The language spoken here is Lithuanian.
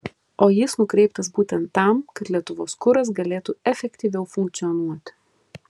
o jis nukreiptas būtent tam kad lietuvos kuras galėtų efektyviau funkcionuoti